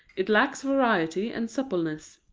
it lacks variety and suppleness.